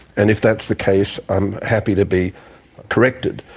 and if that's the case i'm happy to be corrected,